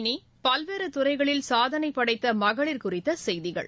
இனி பல்வேறுதுறைகளில் சாதனைபடைத்தமகளிர் குறித்தசெய்திகள்